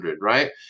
right